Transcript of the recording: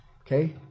Okay